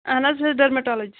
اہَن حظ ڈٔرمٹالجِس